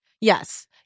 Yes